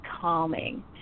calming